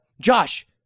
Josh